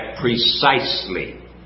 precisely